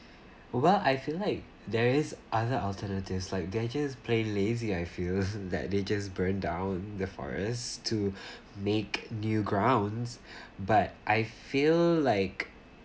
while I feel like there are other alternatives like they're just plain lazy I feel that they just burn down the forests to make new grounds but I feel like